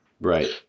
Right